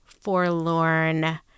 forlorn